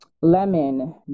lemon